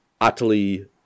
utterly